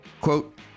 Quote